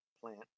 plant